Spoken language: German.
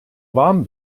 warm